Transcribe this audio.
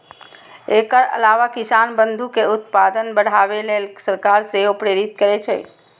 एकर अलावा किसान बंधु कें उत्पादन बढ़ाबै लेल सरकार सेहो प्रेरित करै छै